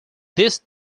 this